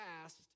past